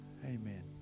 Amen